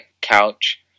couch